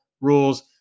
rules